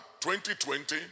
2020